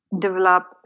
develop